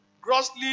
grossly